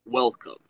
Welcome